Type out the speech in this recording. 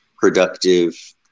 productive